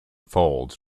folds